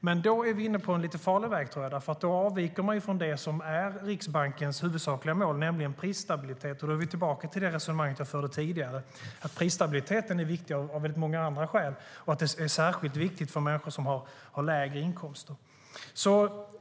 Men då är vi inne på en lite farlig väg, för då avviker man från det som är Riksbankens huvudsakliga mål, nämligen prisstabilitet. Då är vi tillbaka i det resonemang jag förde tidigare om att prisstabiliteten är viktig av många andra skäl och att den är särskilt viktig för människor med lägre inkomster.